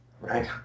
right